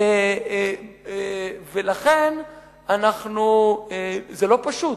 ולכן זה לא פשוט.